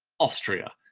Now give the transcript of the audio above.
austria,